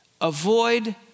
Avoid